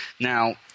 Now